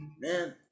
man